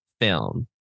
film